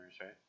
right